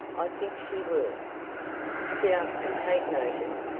i think she will sit up and take notice,